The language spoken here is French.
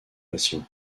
patient